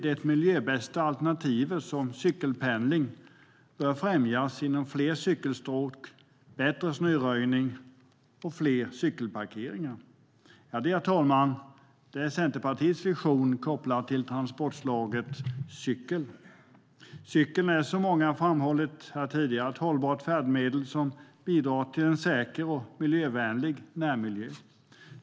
Det miljöbästa alternativet, till exempel cykelpendling, bör främjas genom fler cykelstråk, bättre snöröjning och fler cykelparkeringar. Herr talman! Det här var Centerpartiets vision kopplad till transportslaget cykel. Cykeln är, som många har framhållit tidigare, ett hållbart färdmedel som bidrar till en säker och miljövänlig närmiljö.